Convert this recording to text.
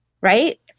right